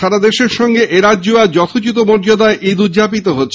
সারা দেশের সঙ্গে এরাজ্যে আজ যথোচিত মর্যাদায় ঈদ উদযাপিত হচ্ছে